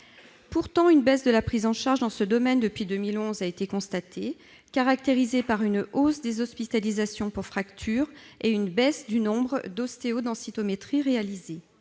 Pourtant, une baisse de la prise en charge dans ce domaine a été constatée depuis 2011, ce qui se caractérise par une hausse des hospitalisations pour fracture ainsi qu'une baisse du nombre d'ostéodensitométries réalisées.